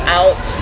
out